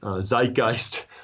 zeitgeist